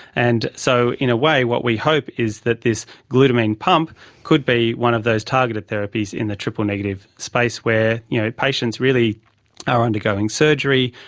and so in a way what we hope is that this glutamine pump could be one of those targeted therapies in the triple-negative space where you know patients really are undergoing surgery,